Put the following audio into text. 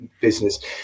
business